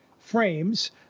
frames